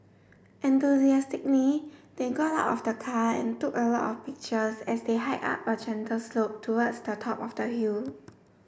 enthusiastically they got out of the car and took a lot of pictures as they hiked up a gentle slope towards the top of the hill